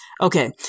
Okay